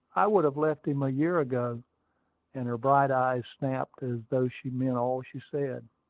i would have left him a year ago and her bright eyes snapped as though she meant all she said.